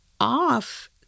off